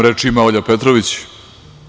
Reč ima Olja Petrović.